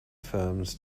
firms